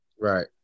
Right